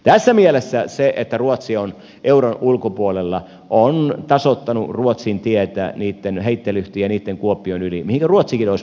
tässä mielessä se että ruotsi on euron ulkopuolella on tasoittanut ruotsin tietä niitten heittelehtimisten niitten kuoppien yli mihinkä ruotsikin olisi pudonnut